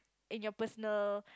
in your personal